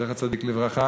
זכר צדיק לברכה.